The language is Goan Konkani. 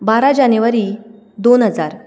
बारा जानेवरी दोन हजार